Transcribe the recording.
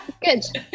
Good